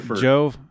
Joe